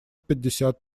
пятьдесят